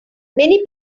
many